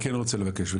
אני כן רוצה לבקש.